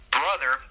brother